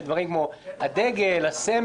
של דברים כמו דגל המדינה,